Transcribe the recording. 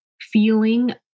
feeling